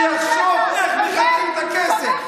שיחשוב איך מחלקים את הכסף.